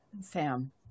Sam